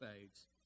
fades